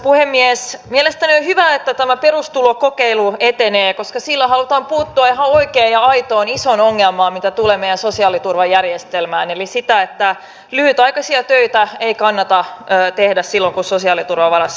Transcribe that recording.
mielestäni on hyvä että tämä perustulokokeilu etenee koska sillä halutaan puuttua ihan oikeaan ja aitoon isoon ongelmaan mitä tulee meidän sosiaaliturvajärjestelmäämme nimittäin siihen että lyhytaikaisia töitä ei kannata tehdä silloin kun sosiaaliturvan varassa elää